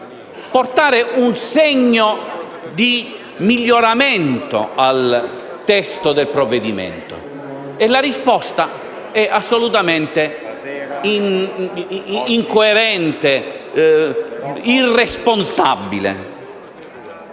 portare un segno di miglioramento al testo del provvedimento, ma la risposta è assolutamente incoerente ed irresponsabile.